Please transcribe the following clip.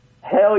Hell